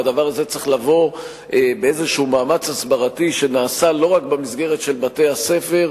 והדבר הזה צריך לבוא באיזה מאמץ הסברתי שנעשה לא רק במסגרת של בתי-הספר,